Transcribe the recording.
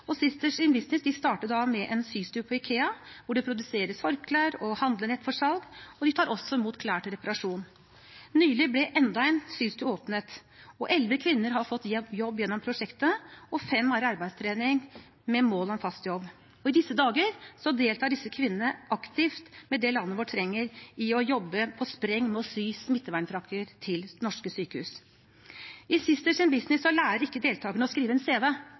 Sisters In Business startet med en systue på IKEA, hvor det produseres forklær og handlenett for salg, og de tar også imot klær til reparasjon. Nylig ble enda en systue åpnet. Elleve kvinner har fått jobb gjennom prosjektet, og fem har arbeidstrening med mål om fast jobb. I disse dager deltar disse kvinnene aktivt med det landet vårt trenger, med å jobbe på spreng med å sy smittevernfrakker til norske sykehus. I Sisters In Business lærer ikke deltakerne å skrive en cv,